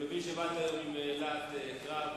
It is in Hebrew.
אני מבין שבאת עם להט קרב,